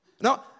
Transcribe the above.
No